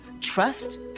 trust